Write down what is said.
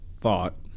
Thought